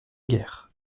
guerre